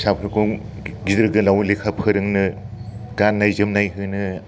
फिसाफोरखौ गिदिर गोलावै लेखा फोरोंनो गान्नाय जोमनाय होनो